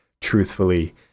truthfully